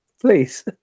please